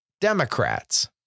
Democrats